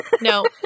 no